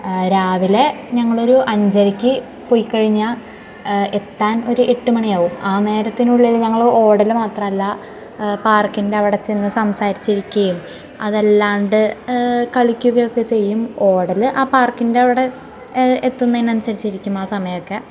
രാവിലെ ഞങ്ങളൊരു അഞ്ചരയ്ക് പോയി കഴിഞ്ഞാൽ എത്താൻ ഒരു എട്ടുമണിയാവും ആ നേരത്തിനുള്ളിൽ ഞങ്ങൾ ഓടലുമാത്രമല്ല പാർക്കിൻ്റെ അവിടെച്ചെന്ന് സംസാരിച്ചിരിക്കേം അതല്ലാണ്ട് കളിക്കുകയൊക്കെ ചെയ്യും ഓടൽ ആ പാർക്കിൻ്റെ അവിടെ എത്തുന്നേന് അനുസരിച്ച് ഇരിക്കും ആ സമയമൊക്കെ